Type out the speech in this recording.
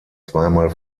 zweimal